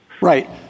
Right